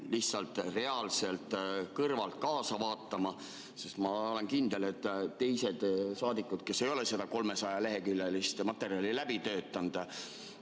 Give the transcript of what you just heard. lihtsalt reaalselt kõrvalt kaasa vaatama. Ma olen kindel, et teised saadikud, kes ei ole seda 300‑leheküljelist materjali läbi töötanud,